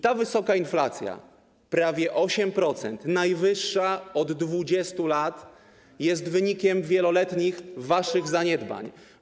Ta wysoka inflacja, prawie 8-procentowa, najwyższa od 20 lat, jest wynikiem wieloletnich waszych zaniedbań.